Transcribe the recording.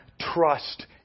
trust